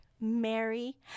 Mary